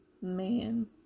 Man